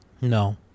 No